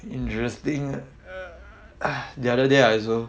interesting uh the other day I also